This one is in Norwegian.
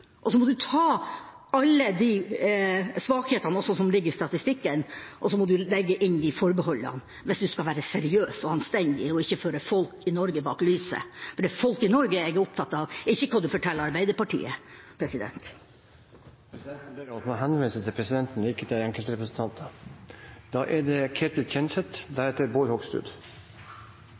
Og så må du ta alle de svakhetene som også ligger i statistikken, og så må du legge inn de forbeholdene hvis du skal være seriøs og anstendig, og ikke føre folk i Norge bak lyset. Det er folk i Norge jeg er opptatt av, ikke hva du forteller Arbeiderpartiet. Presidenten ber om at man henviser til presidenten, ikke til